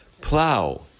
Plow